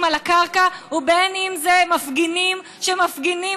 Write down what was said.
על הקרקע ובין שזה מפגינים שמפגינים,